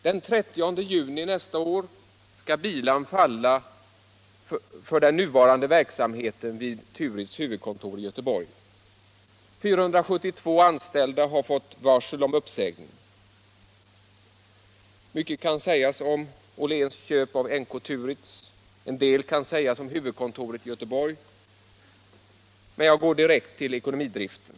Den 30 juni nästa år skall bilan falla över den nuvarande verksamheten vid Turitz huvudkontor i Göteborg. 472 anställda har fått varsel om uppsägning. Mycket kan sägas om Åhléns köp av NK-Turitz. En del kan sägas om huvudkontoret i Göteborg. Men jag går direkt till ekonomidriften.